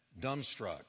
dumbstruck